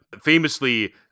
famously